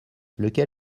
lequel